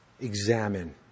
Examine